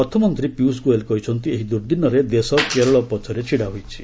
ଅର୍ଥମନ୍ତ୍ରୀ ପୀୟୁଷ ଗୋୟଲ କହିଛନ୍ତି ଏହି ଦୁର୍ଦ୍ଦନରେ ଦେଶ କେରଳ ପଛରେ ଛିଡା ହୋଇଛି